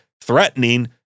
threatening